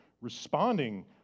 responding